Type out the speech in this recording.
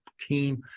team